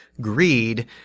greed